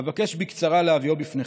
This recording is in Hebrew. אבקש בקצרה להביאו בפניכם: